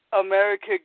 America